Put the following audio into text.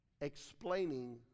explaining